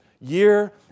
year